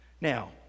Now